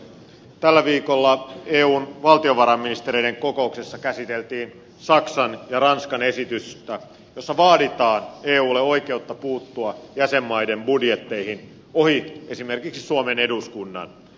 tällä viikolla eun valtiovarainministereiden kokouksessa käsiteltiin saksan ja ranskan esitystä jossa vaaditaan eulle oikeutta puuttua jäsenmaiden budjetteihin ohi esimerkiksi suomen eduskunnan